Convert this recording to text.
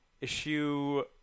issue